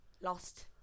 Lost